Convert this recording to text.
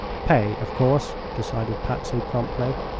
pay, of course, decided patsy, promptly.